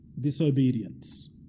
Disobedience